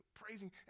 Praising